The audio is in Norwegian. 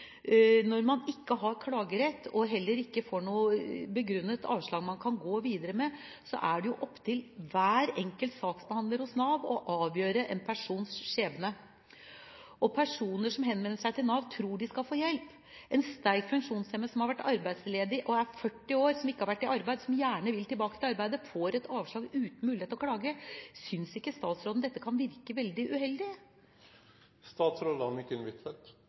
Når man ikke har klagerett, og heller ikke får noe begrunnet avslag man kan gå videre med, er det opp til hver enkelt saksbehandler hos Nav å avgjøre en persons skjebne. Personer som henvender seg til Nav, tror de skal få hjelp. En sterkt funksjonshemmet som er 40 år og har vært arbeidsledig, som ikke har vært i arbeid, men som gjerne vil tilbake til arbeidet, får et avslag uten mulighet til å klage. Synes ikke statsråden dette kan virke veldig uheldig?